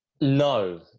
No